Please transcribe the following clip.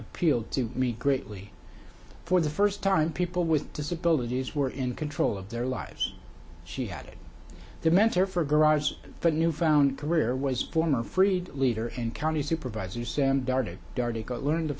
appealed to me greatly for the first time people with disabilities were in control of their lives she had the mentor for garage the new found career was former freed leader and county supervisor sam darted learned